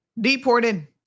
deported